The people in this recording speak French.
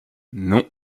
non